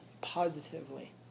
positively